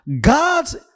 God's